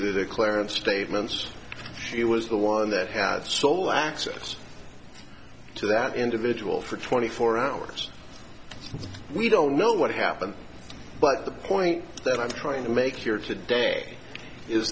to the clarence statements she was the one that had sole access to that individual for twenty four hours we don't know what happened but the point that i'm trying to make here today is